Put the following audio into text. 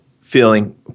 feeling